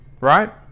Right